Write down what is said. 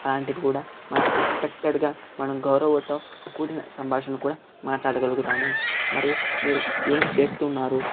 అలాంటి కూడా మన రెస్పెక్టెడ్ గా మనం గౌరవంతో కూడిన సంభాషణ కూడా మాట్లాడగలుగుతాము మరియు మీరు ఏం చేస్తున్నారు